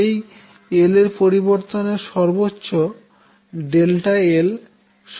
এই l এর পরিবর্তন সর্বচ্চো l 1হবে